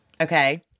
Okay